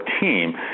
team